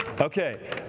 Okay